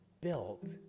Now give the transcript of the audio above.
built